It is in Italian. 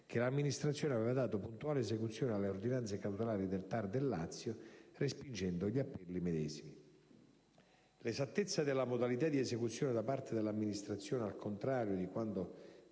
che l'amministrazione aveva dato puntuale esecuzione alle ordinanze cautelari del TAR del Lazio, respingendo gli appelli medesimi. L'esattezza della modalità di esecuzione da parte dell'amministrazione, al contrario di quanto